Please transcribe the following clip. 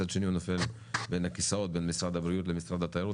מצד שני הוא נופל בין הכסאות בין משרד הבריאות לבין משרד התיירות,